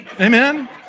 Amen